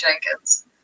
Jenkins